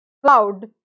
Cloud